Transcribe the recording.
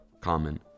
common